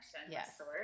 Yes